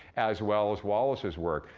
as well as wallace's work,